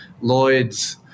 Lloyd's